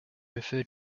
referred